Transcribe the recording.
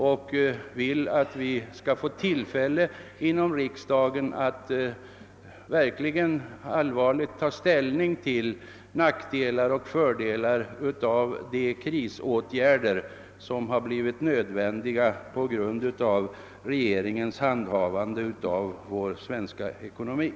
Jag önskar att riksdagen skall få tillfälle att allvarligt ta ställning till nackdelar och fördelar av de krisåtgärder, som blivit nödvändiga på grund av regeringens handhavande av ekonomin.